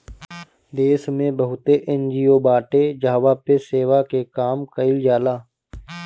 देस में बहुते एन.जी.ओ बाटे जहवा पे सेवा के काम कईल जाला